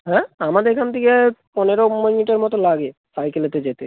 হ্যাঁ আমার এখান থেকে পনেরো মিনিটের মতো লাগে সাইকেলেতে যেতে